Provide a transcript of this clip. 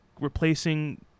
replacing